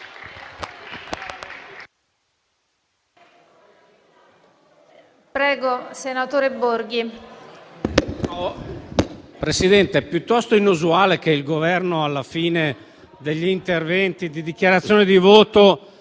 Presidente, è piuttosto inusuale che il Governo, alla fine degli interventi in dichiarazione di voto,